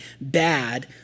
bad